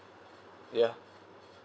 yeah